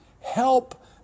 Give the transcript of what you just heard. Help